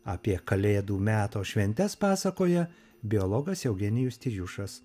apie kalėdų meto šventes pasakoja biologas